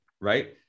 right